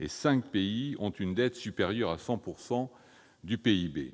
et cinq pays ont une dette supérieure à 100 % du PIB.